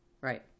Right